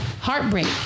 heartbreak